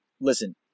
Listen